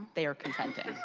they are consenting.